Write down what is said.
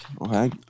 Okay